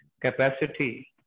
capacity